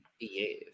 Yes